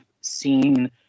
seen